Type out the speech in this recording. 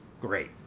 great